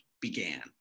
began